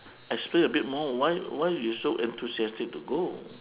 explain a bit more why why you so enthusiastic to go